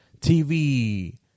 TV